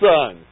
Son